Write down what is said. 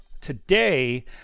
Today